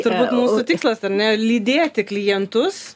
turbūt mūsų tikslas ar ne lydėti klientus